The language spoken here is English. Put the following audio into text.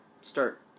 start